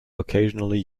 occasionally